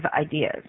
ideas